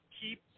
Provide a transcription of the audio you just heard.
keep